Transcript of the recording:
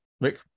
Rick